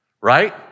right